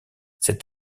cet